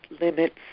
limits